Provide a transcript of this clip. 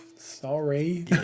Sorry